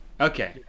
Okay